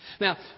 Now